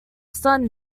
sun